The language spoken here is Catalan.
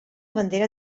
bandera